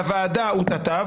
והוועדה הוטעתה,